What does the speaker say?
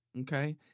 Okay